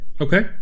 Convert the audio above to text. Okay